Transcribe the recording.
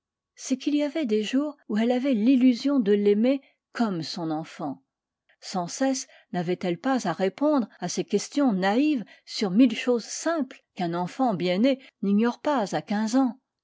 c'est qu'il y avait des jours où elle avait l'illusion de l'aimer comme son enfant sans cesse n'avait-elle pas à répondre à ses questions naïves sur mille choses simples qu'un enfant bien né n'ignore pas à quinze ans